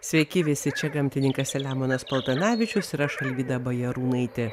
sveiki visi čia gamtininkas selemonas paltanavičius ir aš alvyda bajarūnaitė